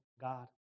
God